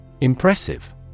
Impressive